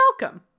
welcome